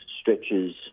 stretches